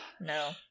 No